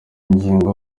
ngingo